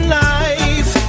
life